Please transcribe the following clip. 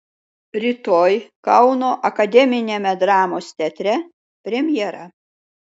rytoj kauno akademiniame dramos teatre premjera